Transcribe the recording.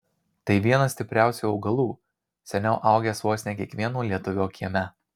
tai vienas stipriausių augalų seniau augęs vos ne kiekvieno lietuvio kieme